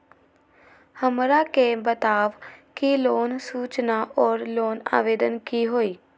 हमरा के बताव कि लोन सूचना और लोन आवेदन की होई?